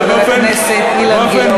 אל תתבלבל,